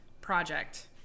project